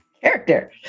Character